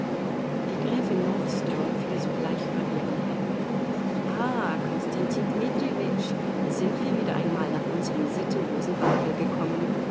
die gräfin northstone fiel sogleich über ljewin her ah konstantin dmitrijewitsch sind wir wieder einmal nach unserem sittenlosen babel gekommen